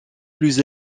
plus